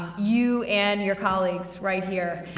you and your colleagues, right here,